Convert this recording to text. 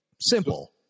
Simple